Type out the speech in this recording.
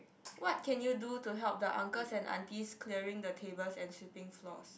what can you do to help the uncles and aunties clearing the tables and sweeping floors